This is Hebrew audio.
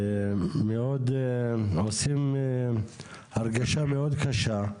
ומאוד עושים הרגשה מאוד קשה.